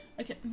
Okay